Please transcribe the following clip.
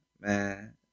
man